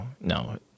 no